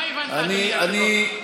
מה הבנת, אדוני היושב-ראש?